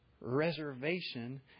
Reservation